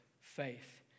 faith